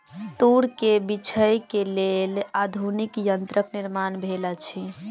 तूर के बीछै के लेल आधुनिक यंत्रक निर्माण भेल अछि